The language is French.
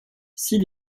six